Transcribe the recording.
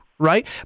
Right